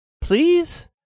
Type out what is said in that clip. Please